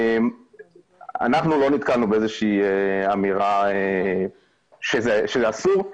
אנחנו לא נתקלנו באיזו שהיא אמירה שזה אסור.